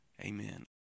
Amen